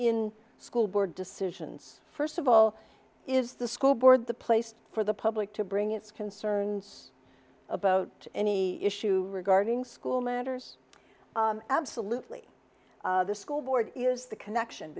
in school board decisions first of all is the school board the place for the public to bring its concerns about any issue regarding school matters absolutely the school board is the connection